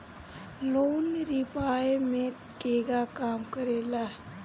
Loan repayment केगा काम करेला?